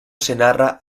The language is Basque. senarra